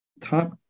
top